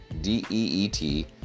D-E-E-T